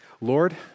Lord